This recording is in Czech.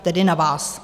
Tedy na vás.